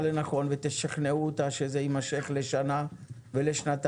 לנכון ותשכנעו אותה שזה יימשך לשנה ושנתיים,